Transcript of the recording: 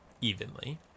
evenly